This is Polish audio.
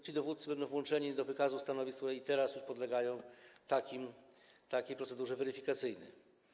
Ci dowódcy będą włączeni do wykazu stanowisk, które i teraz już podlegają takiej procedurze weryfikacyjnej.